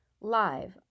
live